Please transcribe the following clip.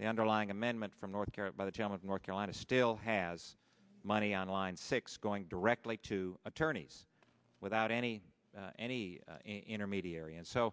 the underlying amendment from north carolina challenge north carolina still has money on line six going directly to attorneys without any any intermediary and so